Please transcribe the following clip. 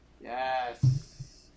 Yes